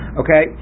okay